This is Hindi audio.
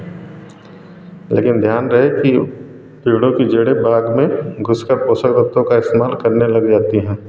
लेकिन ध्यान रहे कि पेड़ों की जड़े बाद में घुसकर पोषक तत्वों का इस्तेमाल करने लग जाती हैं